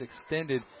Extended